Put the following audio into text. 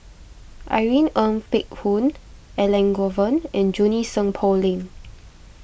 Irene Ng Phek Hoong Elangovan and Junie Sng Poh Leng